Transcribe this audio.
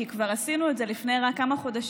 כי כבר עשינו את זה רק לפני כמה חודשים,